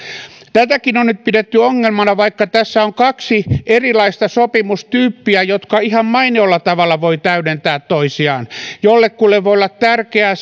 tätäkin on nyt pidetty ongelmana vaikka tässä on kaksi erilaista sopimustyyppiä jotka ihan mainiolla tavalla voivat täydentää toisiaan jollekulle voi olla tärkeää